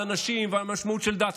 על אנשים ועל המשמעות של דת,